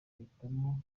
ahitamo